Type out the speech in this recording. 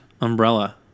umbrella